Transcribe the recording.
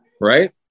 right